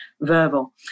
verbal